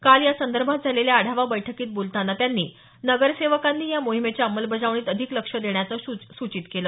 काल यासंदर्भात झालेल्या आढावा बैठकीत बोलताना त्यांनी नगरसेवकांनीही या मोहिमेच्या अंमलबजावणीत अधिक लक्ष देण्याचं सूचित केलं